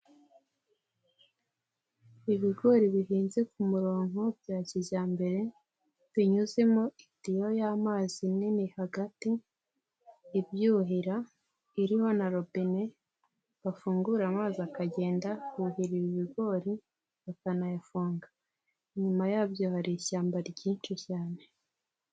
Ibigori bihenze ku murongo bya kijyambere, binyuzemo itiyo y'amazi nini hagati ibyuhira, iriho na robine bafungura amazi akuhira ibigori. Inyuma yabyo hari ishyamba ryinshi cyane.